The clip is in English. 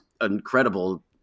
incredible